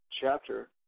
chapter